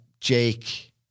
Jake